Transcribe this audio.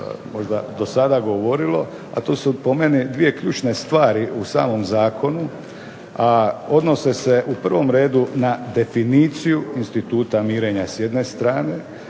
do sada govorilo, a to su po meni dvije ključne stvari u samom zakonu, a odnose se u prvom redu na definiciju instituta mirenja s jedne strane